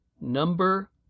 number